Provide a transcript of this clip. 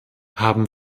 haben